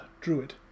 druid